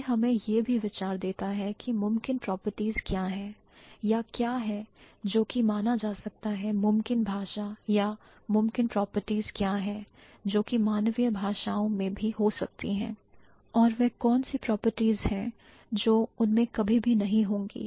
यह हमें यह भी विचार देता है कि मुमकिन प्रॉपर्टीज क्या हैं या क्या है जो कि माना जा सकता है मुमकिन भाषा या मुमकिन प्रॉपर्टीज क्या है जो कि मानवीय भाषाओं में हो सकती हैं और वह कौन सी प्रॉपर्टीज हैं जो उनमें कभी भी नहीं होंगी